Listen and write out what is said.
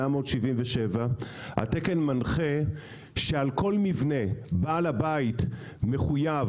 1877. התקן מנחה שעל כל מבנה בעל הבית מחויב